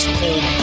cold